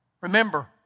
Remember